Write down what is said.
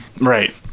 Right